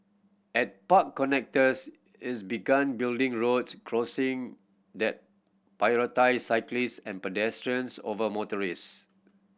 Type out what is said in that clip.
at park connectors is begun building roads crossing that prioritise cyclist and pedestrians over motorist